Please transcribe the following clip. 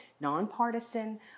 nonpartisan